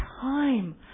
time